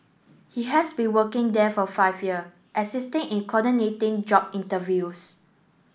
he has been working there for five year assisting in coordinating job interviews